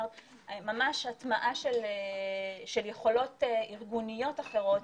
ממש הטמעה של יכולות ארגוניות אחרות